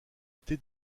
été